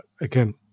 again